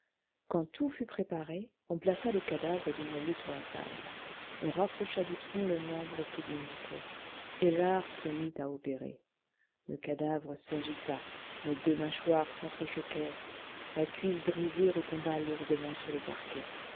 quand tout fut préparé on plaça le cadavre du noyé sur la table on rapprocha du tronc le membre qui lui manquait et l'art se mit à opérer le cadavre s'agita les deux mâchoires sentre choquèrent la cuisse brisée retomba lourdement sur le parquet